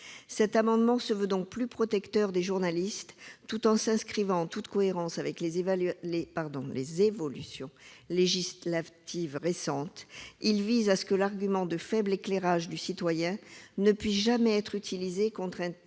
Cette disposition est donc plus protectrice des journalistes, tout en s'inscrivant en cohérence avec les évolutions législatives récentes. Elle vise à faire en sorte que l'argument de faible éclairage du citoyen ne puisse jamais être utilisé contre un titre